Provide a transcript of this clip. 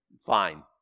Fine